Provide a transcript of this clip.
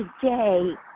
today